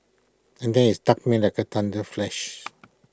and then IT struck me like A thunder flash